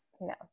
No